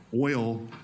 oil